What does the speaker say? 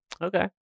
Okay